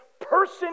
person